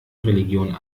religionen